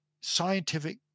scientific